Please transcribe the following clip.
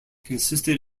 consisted